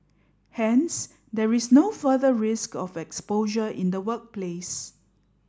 hence there is no further risk of exposure in the workplace